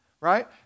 right